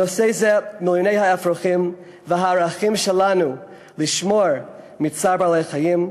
הנושא זה מיליוני האפרוחים והערכים שלנו לשמור מצער בעלי-חיים.